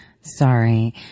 Sorry